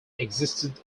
existed